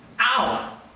Ow